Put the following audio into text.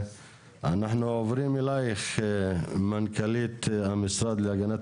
אנחנו עוברים אלייך מנכ"לית המשרד להגנת